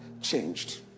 changed